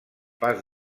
pas